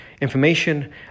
information